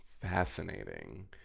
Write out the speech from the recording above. Fascinating